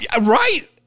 Right